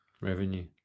Revenue